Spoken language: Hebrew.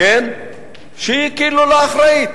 שהיא כאילו לא אחראית.